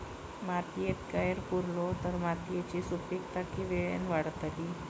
मातयेत कैर पुरलो तर मातयेची सुपीकता की वेळेन वाडतली?